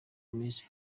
miss